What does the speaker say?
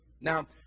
Now